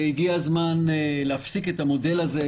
שהגיע הזמן להפסיק את המודל הזה,